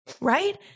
Right